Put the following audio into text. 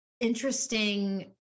interesting